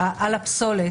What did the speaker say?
על הפסולת,